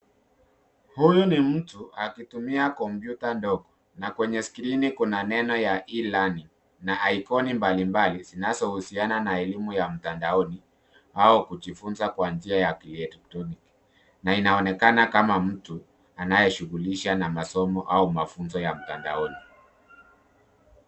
Huyu ni mtu akitumia kompyuta ndogo, na kwenye skrini kuna neno ya e-learning na aikoni mbalimbali zinazohusinaa na elimu ya mtandaoni au kujifunza kwa njia ya kielektroniki na inaonekana kama mtu anayeshughulisha na masomo au mafunzo ya mtandaoni.